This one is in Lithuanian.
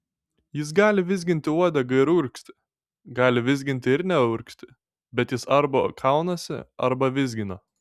jis gali vizginti uodegą ir urgzti gali vizginti ir neurgzti bet jis arba kaunasi arba vizgina